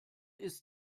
ist